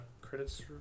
credits